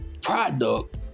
product